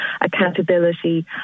accountability